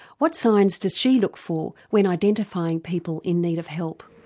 what signs does she look for when identifying people in need of help?